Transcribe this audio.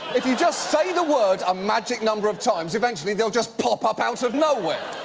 if you just say the word a magic number of times, eventually they'll just pop up out of nowhere.